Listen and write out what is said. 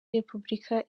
repubulika